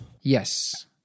Yes